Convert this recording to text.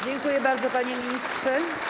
Dziękuję bardzo, panie ministrze.